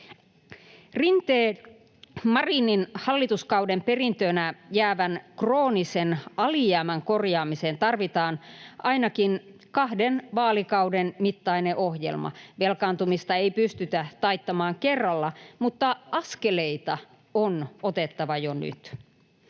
Rinteen—Marinin hallituskauden perintönä jäävän kroonisen alijäämän korjaamiseen tarvitaan ainakin kahden vaalikauden mittainen ohjelma. Velkaantumista ei pystytä taittamaan kerralla, mutta askeleita on otettava jo nyt.